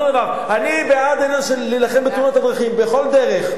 אותו דבר: אני בעד העניין של להילחם בתאונות הדרכים בכל דרך,